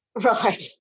right